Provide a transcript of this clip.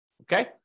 Okay